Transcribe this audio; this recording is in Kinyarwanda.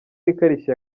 ikarishye